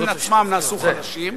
הם עצמם נהיו חלשים,